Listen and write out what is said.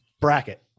bracket